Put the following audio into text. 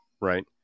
right